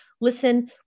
Listen